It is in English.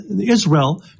Israel